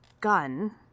gun